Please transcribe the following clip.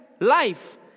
life